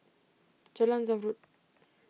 Jalan Zamrud